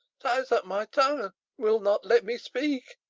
ties up my tongue and will not let me speak.